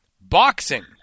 boxing